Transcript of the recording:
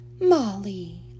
Molly